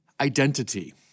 identity